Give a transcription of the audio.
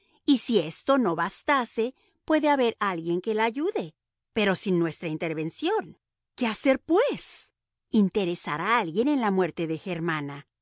y si esto no bastase puede haber alguien que la ayude pero sin nuestra intervención qué hacer pues interesar a alguien en la muerte de germana